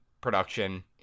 production